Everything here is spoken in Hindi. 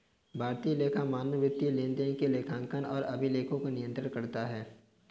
भारतीय लेखा मानक वित्तीय लेनदेन के लेखांकन और अभिलेखों को नियंत्रित करता है